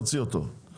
תוציא אותו בבקשה.